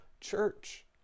church